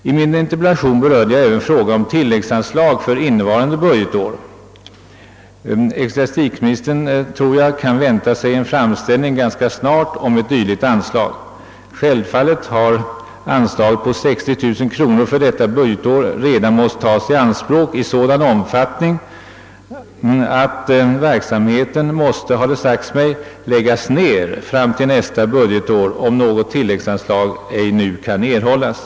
I min interpellation berörde jag även frågan om tilläggsanslag för innevarande budgetår, och jag tror att ecklesiastikministern ganska snart kommer att få ta emot en framställning om ett dylikt anslag. Anslaget om 60 000 kronor för detta budgetår har redan måst tas i anspråk i sådan omfattning att verksamheten, efter vad det sagts mig, kanske måste läggas ned fram till nästa budgetår, om något tilläggsanslag nu inte beviljas.